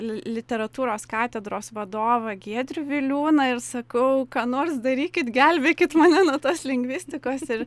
li literatūros katedros vadovą giedrių viliūną ir sakau ką nors darykit gelbėkit mane nuo tos lingvistikos ir